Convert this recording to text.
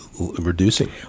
reducing